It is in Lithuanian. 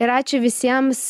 ir ačiū visiems